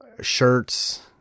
shirts